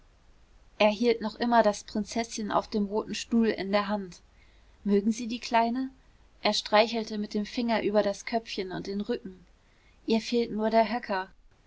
hielt noch immer das prinzeßchen auf dem roten stuhl in der hand mögen sie die kleine er streichelte mit dem finger über das köpfchen und den rücken ihr fehlt nur der höcker